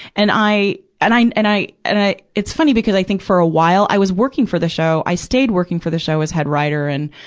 and i, and i, and i, and i it's funny, because i think for a while, i was working for the show, i stayed working for the show as head writer and,